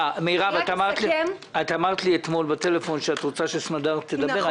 אמרת לי אתמול בטלפון שאת רוצה שסמדר תדבר.